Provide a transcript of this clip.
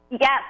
Yes